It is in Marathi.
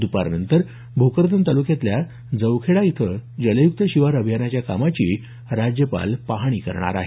दपारनंतर भोकरदन तालुक्यातल्या जवखेडा इथल्या जलयुक्त शिवार अभियानाच्या कामाची पाहणी करणार आहेत